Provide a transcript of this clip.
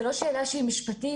זו לא שאלה משפטית,